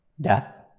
death